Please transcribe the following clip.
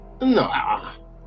No